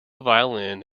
violin